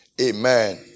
Amen